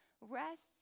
rests